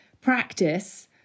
practice